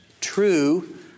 true